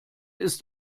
ist